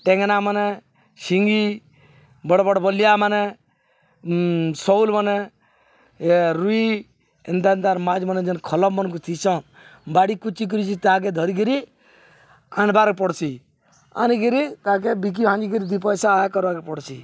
ଟେଙ୍ଗ୍ନାମାନେ ଶିଙ୍ଗି ବଡ଼୍ ବଡ଼୍ ବଲିଆମାନେ ଶଉଲ୍ ମାନେ ଏ ରୁଇ ଏନ୍ତା ଏନ୍ତା ମାଛ୍ ମାନେ ଯେନ୍ ଖଲମମନ୍କୁ ଥିସ ବାଡ଼ି କୁଚି କୁର୍ଚି ତାହାକେ ଧରିକିରି ଆନ୍ବାରେକ ପଡ଼୍ସି ଆନିକିରି ତାକେ ବିକି ଭାଙ୍ଗିକିରି ଦି ପଏସା ଆୟେ କର୍ବାକେ ପଡ଼୍ସି